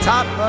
Top